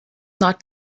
not